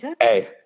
Hey